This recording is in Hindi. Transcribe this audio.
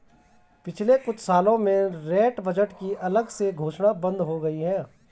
पिछले कुछ सालों में रेल बजट की अलग से घोषणा बंद हो गई है